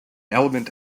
element